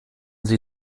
sie